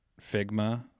Figma